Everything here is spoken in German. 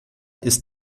ist